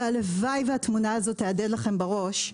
והלוואי שהתמונה הזאת תהדהד לכם בראש,